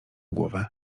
głowę